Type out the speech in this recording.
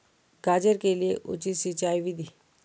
गाजर के लिए उचित सिंचाई विधि?